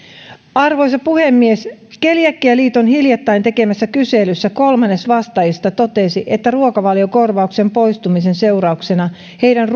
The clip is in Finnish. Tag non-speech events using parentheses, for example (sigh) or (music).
arvoisa puhemies keliakialiiton hiljattain tekemässä kyselyssä kolmannes vastaajista totesi että ruokavaliokorvauksen poistumisen seurauksena heidän (unintelligible)